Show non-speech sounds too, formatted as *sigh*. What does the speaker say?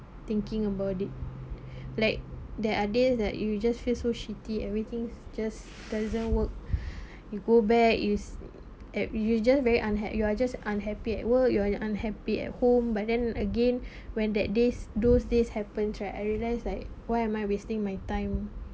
thinking about it *breath* like there are this that you just feel so shitty everything just doesn't work *breath* you go back is at you just very unha~ you are just unhappy at work you're unhappy at home but then again *breath* when that this those days happens right I realised like why am I wasting my time